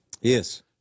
Yes